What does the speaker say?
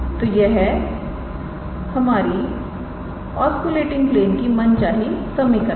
तोयह हमारी osculating plane की मनचाही समीकरण है